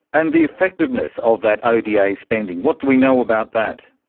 and the effectiveness of that oda spending, what do we know about that?